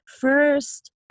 first